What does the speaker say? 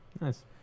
Nice